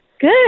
Good